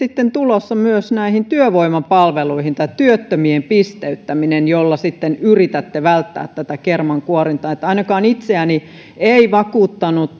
tulossa myös näihin työvoimapalveluihin työttömien pisteyttäminen jolla sitten yritätte välttää tätä kermankuorintaa ainakaan itseäni ei vakuuttanut